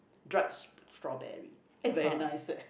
dried s~ strawberry eh very nice leh